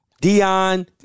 Dion